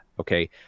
Okay